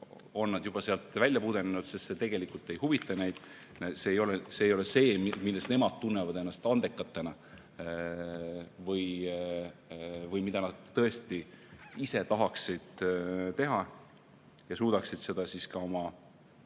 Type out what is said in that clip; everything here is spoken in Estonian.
on nad juba sealt välja pudenenud, sest see tegelikult ei huvita neid, see ei ole see, milles nemad tunnevad ennast andekana või mida nad tõesti ise tahaksid teha ja suudaksid ka oma